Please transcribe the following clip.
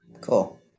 Cool